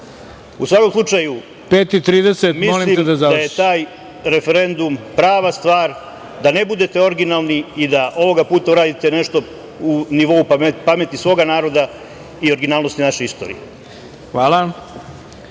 U svakom slučaju, mislim da je taj referendum prava stvar, da ne budete originalni i da ovoga puta uradite nešto u nivou pameti svoga naroda i originalnosti naše istorije. **Ivica